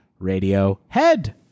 Radiohead